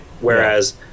Whereas